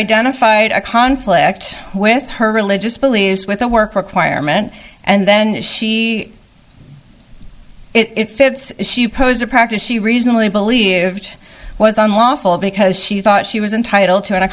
identified a conflict with her religious beliefs with a work requirement and then she it fits she posed a practice she reasonably believed was unlawful because she thought she was entitled to a